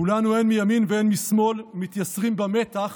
כולנו, הן מימין והן משמאל, מתייסרים במתח